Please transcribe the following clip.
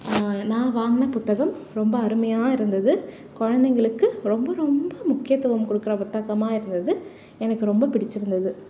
நான் வாங்கின புத்தகம் ரொம்ப அருமையாக இருந்தது குழந்தைங்களுக்கு ரொம்ப ரொம்ப முக்கியத்துவம் கொடுக்குற புத்தகமாக இருந்தது எனக்கு ரொம்ப பிடிச்சிருந்தது